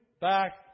back